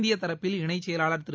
இந்திய தரப்பில் இணைச் செயலாளர் திரு